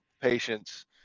patients